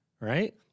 right